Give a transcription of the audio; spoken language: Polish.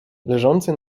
leżący